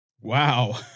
Wow